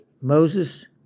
Moses